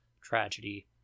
tragedy